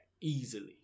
easily